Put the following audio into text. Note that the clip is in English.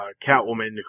Catwoman